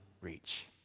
reach